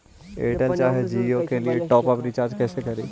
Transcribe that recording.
Airtel चाहे जियो के लिए टॉप अप रिचार्ज़ कैसे करी?